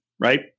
Right